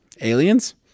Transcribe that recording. Aliens